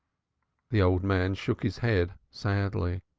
the old man shook his head sadly.